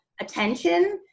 attention